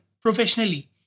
professionally